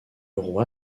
roi